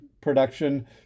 production